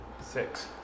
Six